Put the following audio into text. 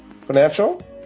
Financial